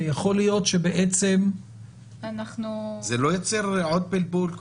כי יכול להיות שבעצם --- זה לא יותר עוד בלבול?